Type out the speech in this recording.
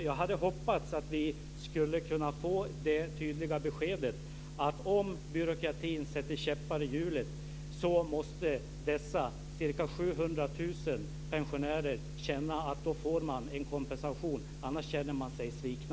Jag hade hoppats att vi skulle kunna få det tydliga beskedet att om byråkratin sätter käppar i hjulet så måste dessa ca 700 000 pensionärer känna att de får kompensation. Annars känner de sig svikna.